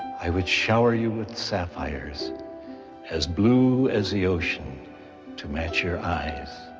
i would shower you with sapphires as blue as the ocean to match your eyes.